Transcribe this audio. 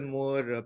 more